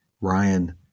Ryan